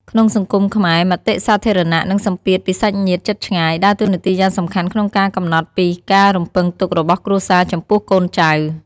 ក្នុងសង្គមខ្មែរ មតិសាធារណៈ និងសម្ពាធពីសាច់ញាតិជិតឆ្ងាយ ដើរតួនាទីយ៉ាងសំខាន់ក្នុងការកំណត់ពីការរំពឹងទុករបស់គ្រួសារចំពោះកូនចៅ។